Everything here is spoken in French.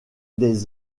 des